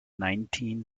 nineteen